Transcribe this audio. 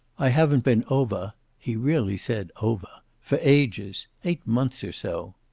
i haven't been over he really said ovah' for ages. eight months or so.